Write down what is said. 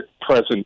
present